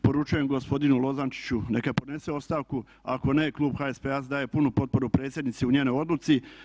Poručujem gospodinu Lozančiću neka podnese ostavku, ako ne klub HSP-a daje punu potporu predsjednici u njenoj odluci.